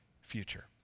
future